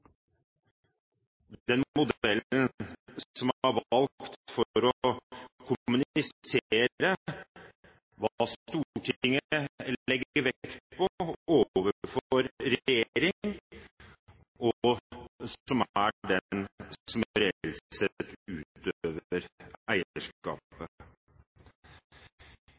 den modellen som er valgt for å kommunisere hva Stortinget legger vekt på overfor regjeringen, som er den som reelt sett utøver eierskapet.